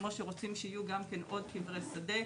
כמו שרוצים שיהיו גם כן עוד קברי שדה,